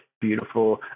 beautiful